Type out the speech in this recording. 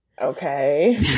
okay